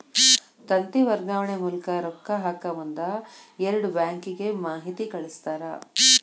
ತಂತಿ ವರ್ಗಾವಣೆ ಮೂಲಕ ರೊಕ್ಕಾ ಹಾಕಮುಂದ ಎರಡು ಬ್ಯಾಂಕಿಗೆ ಮಾಹಿತಿ ಕಳಸ್ತಾರ